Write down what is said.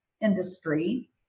industry